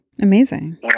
Amazing